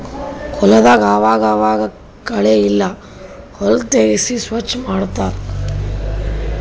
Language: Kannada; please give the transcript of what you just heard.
ಹೊಲದಾಗ್ ಆವಾಗ್ ಆವಾಗ್ ಕಳೆ ಇಲ್ಲ ಹುಲ್ಲ್ ತೆಗ್ಸಿ ಸ್ವಚ್ ಮಾಡತ್ತರ್